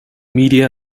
media